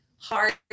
hard